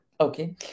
Okay